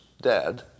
dead